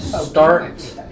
start